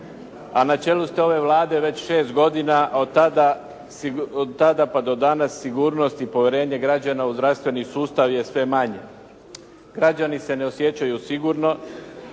a na čelu ste ove Vlade već šest godina, od tada pa do danas sigurnost i povjerenje građana u zdravstveni sustav je sve manji. Građani se ne osjećaju sigurno,